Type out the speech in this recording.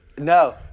No